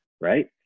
right